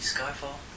Skyfall